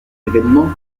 évènement